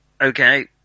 Okay